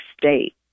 state